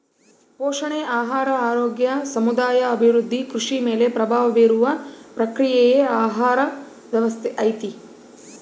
ಪೋಷಣೆ ಆಹಾರ ಆರೋಗ್ಯ ಸಮುದಾಯ ಅಭಿವೃದ್ಧಿ ಕೃಷಿ ಮೇಲೆ ಪ್ರಭಾವ ಬೀರುವ ಪ್ರಕ್ರಿಯೆಯೇ ಆಹಾರ ವ್ಯವಸ್ಥೆ ಐತಿ